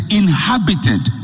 inhabited